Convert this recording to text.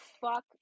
fuck